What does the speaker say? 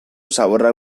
zaborrak